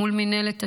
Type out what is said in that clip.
מול מינהלת השבים,